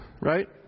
right